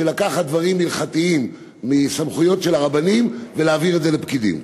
של לקחת דברים הלכתיים מסמכויות של הרבנים ולהעביר את זה לפקידים.